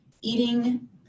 Eating